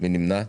מי נמנע?